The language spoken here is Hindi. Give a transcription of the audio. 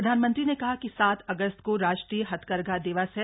प्रधानमंत्री ने कहा कि सात अगस्त को राष्ट्रीय हथकरघा दिवस है